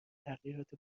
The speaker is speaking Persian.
تغییرات